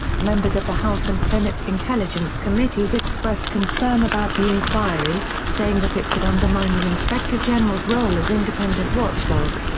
members of the house and senate intelligence committees expressed concern about the inquiry, saying that it could undermine the inspector general's role as independent watchdog.